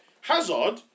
Hazard